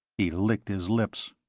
he licked his lips.